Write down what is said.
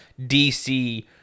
DC